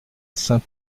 saint